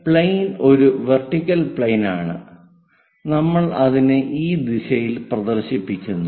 ഇവിടെ പ്ലെയിൻ ഒരു vertical plane ആണ് നമ്മൾ അതിനെ ഈ ദിശയിൽ പ്രദർശിപ്പിക്കുന്നു